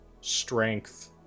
strength